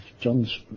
John's